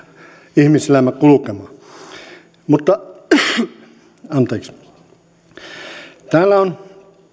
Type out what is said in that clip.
ihmiselämä kulkemaan täällä on